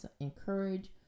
encourage